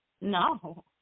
no